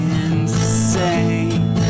insane